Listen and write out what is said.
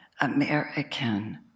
American